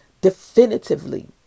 definitively